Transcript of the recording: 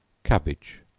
cabbage.